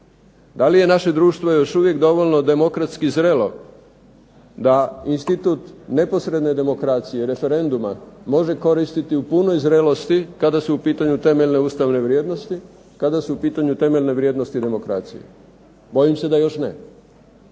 Da li naše društvo još uvijek dovoljno demokratski zrelo da institut neposredne demokracije referenduma, može koristiti u punoj zrelosti kada su u pitanju temeljne ustavne vrijednosti, kada su u pitanju temeljne vrijednosti demokracije. Bojim se da još ne.